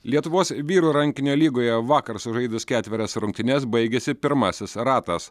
lietuvos vyrų rankinio lygoje vakar sužaidus ketverias rungtynes baigėsi pirmasis ratas